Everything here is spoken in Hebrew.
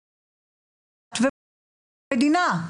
ומדינה.